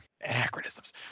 anachronisms